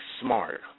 smart